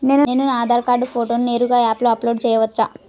నేను నా ఆధార్ కార్డ్ ఫోటోను నేరుగా యాప్లో అప్లోడ్ చేయవచ్చా?